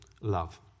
love